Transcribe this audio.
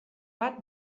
bat